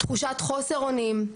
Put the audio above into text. תחושת חוסר אונים,